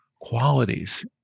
qualities